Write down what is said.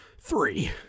three